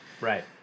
Right